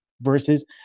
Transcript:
versus